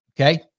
Okay